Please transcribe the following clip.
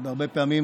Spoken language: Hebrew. הרבה פעמים